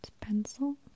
pencil